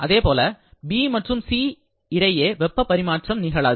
அதேபோல B மற்றும் C இடையே வெப்பப் பரிமாற்றம் நிகழாது